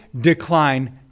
decline